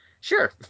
sure